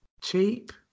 cheap